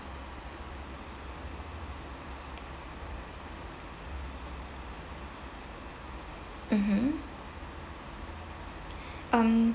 mmhmm um